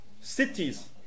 cities